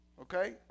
Okay